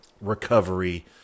recovery